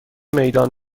میدان